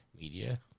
media